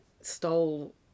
stole